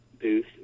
booth